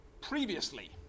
Previously